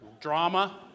drama